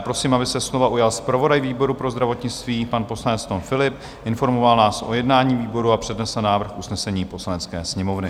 Prosím, aby se slova ujal zpravodaj výboru pro zdravotnictví, pan poslanec Tom Philipp, informoval nás o jednání výboru a přednesl návrh usnesení Poslanecké sněmovny.